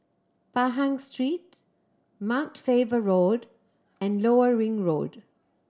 Pahang Street Mount Faber Road and Lower Ring Road